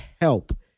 help